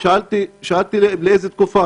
שאלתי: לאיזו תקופה?